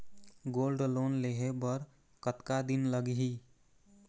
Gold loan लेहे बर कतका दिन लगही?